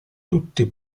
tutti